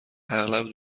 اغلب